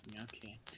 Okay